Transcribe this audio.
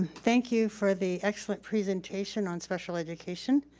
thank you for the excellent presentation on special education.